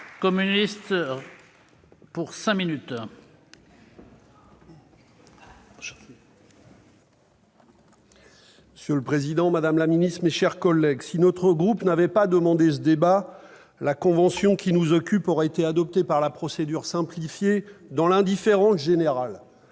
Monsieur le président, madame la ministre, mes chers collègues, si notre groupe n'avait pas demandé ce débat, la convention qui nous occupe ce matin aurait été adoptée par la procédure simplifiée dans l'indifférence générale.